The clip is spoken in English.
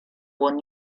one